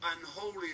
Unholy